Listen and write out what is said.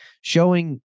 showing